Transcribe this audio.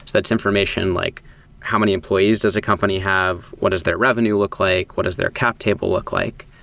that's information like how many employees does a company have? what is their revenue look like? what is their cap table look like?